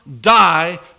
die